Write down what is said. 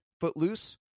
Footloose